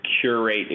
curate